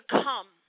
come